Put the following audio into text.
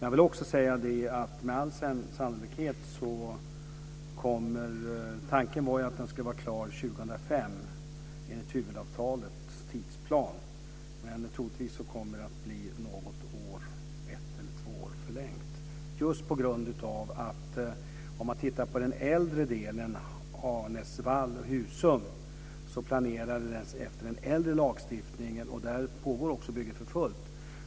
Tanken var att banan skulle vara klar 2005 enligt huvudavtalets tidsplan, men troligen kommer det att ta ett eller två år längre. Det beror på att den äldre delen Arnäsvall-Husum planerades efter den äldre lagstiftningen. Där pågår också bygget för fullt.